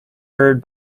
heard